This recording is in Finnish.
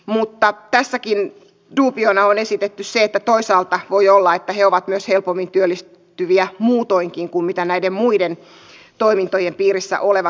mutta tässäkin duubiona on esitetty se että toisaalta voi olla että he ovat myös helpommin työllistyviä muutoinkin kuin näiden muiden toimintojen piirissä olevat ihmiset